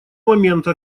момента